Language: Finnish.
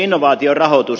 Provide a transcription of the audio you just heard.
innovaatiorahoitus